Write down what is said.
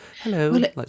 hello